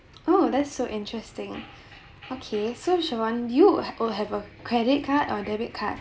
oh that's so interesting okay so chivonne you or have a credit card or debit card